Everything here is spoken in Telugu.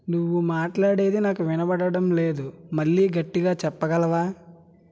నువ్వు మాట్లాడేది నాకు వినబడడం లేదు మళ్ళీ గట్టిగా చెప్పగలవా